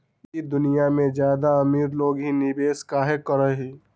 ई दुनिया में ज्यादा अमीर लोग ही निवेस काहे करई?